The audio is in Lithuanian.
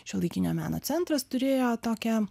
šiuolaikinio meno centras turėjo tokią